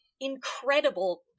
incredible